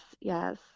yes